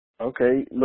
Okay